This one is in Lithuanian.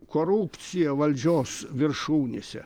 korupciją valdžios viršūnėse